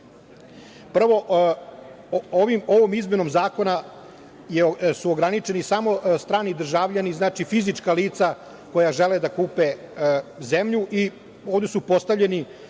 ovom izmenom zakona su ograničeni samo strani državljani, znači fizička lica koja žele da kupe zemlju i ovde su postavljeni